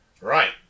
Right